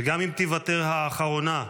וגם אם תיוותר האחרונה,